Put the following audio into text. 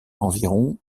environ